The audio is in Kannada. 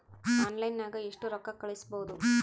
ಆನ್ಲೈನ್ನಾಗ ಎಷ್ಟು ರೊಕ್ಕ ಕಳಿಸ್ಬೋದು